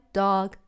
dog